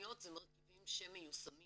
התכניות זה מרכיבים שהם מיושמים,